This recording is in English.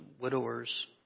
widowers